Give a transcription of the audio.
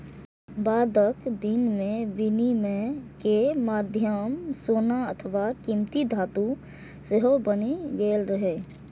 बादक दिन मे विनिमय के माध्यम सोना अथवा कीमती धातु सेहो बनि गेल रहै